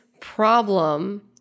problem